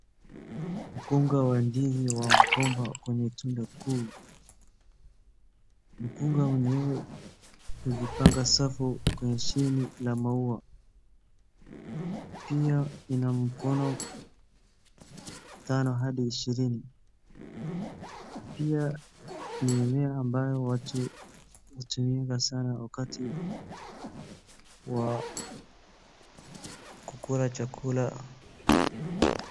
Mkunga wa ndizi wa mgomba kwenye tunda kuu, mkunga wenyewe umejipanga safu kwenye shini la maua, pia ina mkono tano hadi ishirini, pia ni mmea ambayo watu hutumia sana wakati wa kukula chakula.